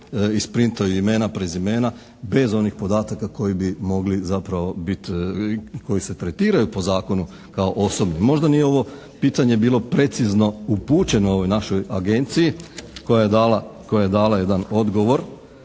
isprintaju imena, prezime, bez onih podataka koji bi mogli zapravo biti i koji se tretiraju po zakonu kao osobni. Možda nije ovo pitanje bilo precizno upućeno ovoj našoj agenciji koja je dala jedan odgovor,